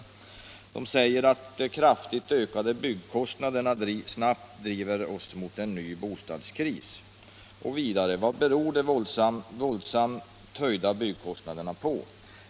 Tidningen säger, att de kraftigt ökade byggkostnaderna snabbt driver oss mot en ny bostadskris. Vidare heter det: ”Vad beror då de våldsamt höjda byggkostnaderna på?